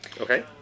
Okay